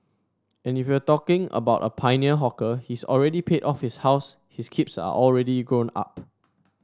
and if you're talking about a pioneer hawker he's already paid off his house his keeps are already grown up